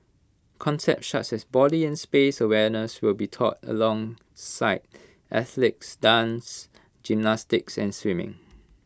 concepts such as body and space awareness will be taught alongside athletics dance gymnastics and swimming